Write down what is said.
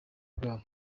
bwabo